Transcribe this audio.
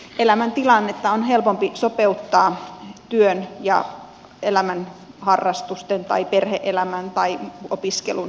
elämäntilannetta on helpompi sopeuttaa työn ja elämän harrastusten tai perhe elämän tai opiskelun suhteen